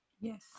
Yes